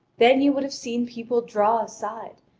then you would have seen people draw aside,